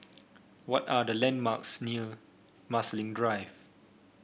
what are the landmarks near Marsiling Drive